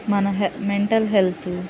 మన హె mental health